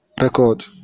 record